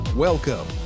Welcome